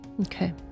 Okay